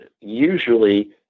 usually